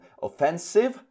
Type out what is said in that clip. Offensive